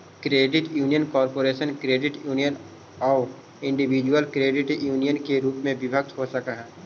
credit union corporate credit union आउ individual credit union के रूप में विभक्त हो सकऽ हइ